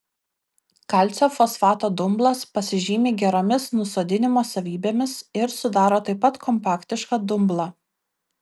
kalcio fosfato dumblas pasižymi geromis nusodinimo savybėmis ir sudaro taip pat kompaktišką dumblą